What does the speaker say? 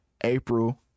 April